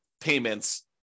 payments